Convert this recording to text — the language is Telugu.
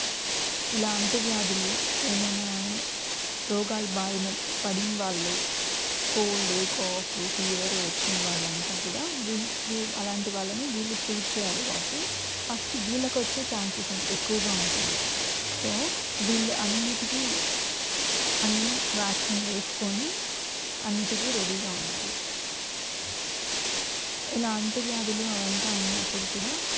ఇలా అంటువ్యాధులు ఏమైనా రోగాలు బారిన పడిన వాళ్ళు కోల్డ్ కాఫ్ ఫీవర్ వచ్చిన వాళ్ళంతా కూడా వీళ్ వీళ్ అలాంటి వాళ్ళని వీళ్ళు ట్రీట్ చెయ్యాలి కాబట్టి ఫస్ట్ వీళ్ళకి వచ్చే ఛాన్సెస్ ఎక్కువగా ఉంటుంది సో వీళ్ళు అన్నిటికీ అన్ని వ్యాక్సిన్ వేసుకొని అన్నిటికీ రెడీగా ఉండాలి ఇలా అంటువ్యాధులు అవంతా ఉన్నప్పుడు కూడా